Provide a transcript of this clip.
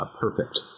perfect